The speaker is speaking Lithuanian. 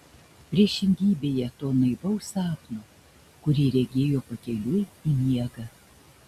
priešingybėje to naivaus sapno kurį regėjo pakeliui į miegą